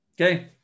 okay